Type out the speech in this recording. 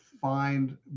find